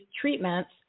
treatments